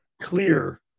clear